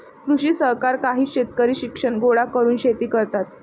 कृषी सहकार काही शेतकरी शिक्षण गोळा करून शेती करतात